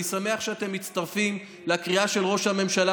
אני שמח שאתם מצטרפים לקריאה של ראש הממשלה